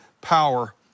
power